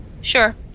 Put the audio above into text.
Sure